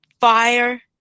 fire